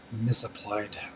misapplied